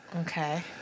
Okay